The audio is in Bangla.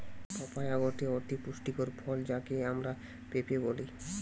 পাপায়া গটে অতি পুষ্টিকর ফল যাকে আমরা পেঁপে বলি